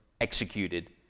executed